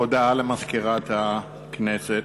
הודעה למזכירת הכנסת.